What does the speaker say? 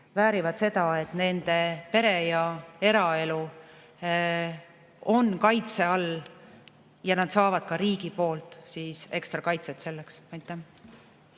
väärivad seda, et nende pere- ja eraelu on kaitse all, ja nad saavad ka riigi poolt ekstra kaitset selleks.